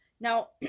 now